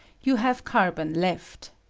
you have carbon left.